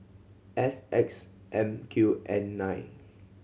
S X M Q N nine